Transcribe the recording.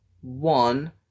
one